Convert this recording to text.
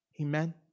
Amen